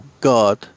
God